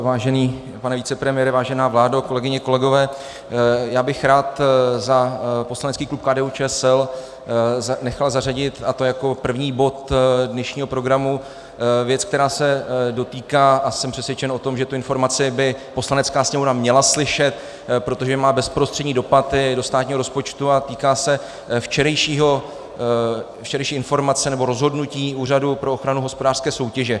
Vážený pane vicepremiére, vážená vládo, kolegyně, kolegové, já bych rád za poslanecký klub KDUČSL nechal zařadit, a to jako první bod dnešního programu, věc, která se dotýká a jsem přesvědčen, že tu informaci by Poslanecká sněmovny měla slyšet, protože má bezprostřední dopad i do státního rozpočtu a týká se včerejší informace nebo rozhodnutí Úřadu pro ochranu hospodářské soutěže.